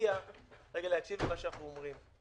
מציע להקשיב למה שאנחנו אומרים.